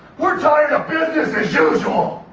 we're starting a business as usual